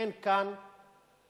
אין כאן